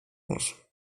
muss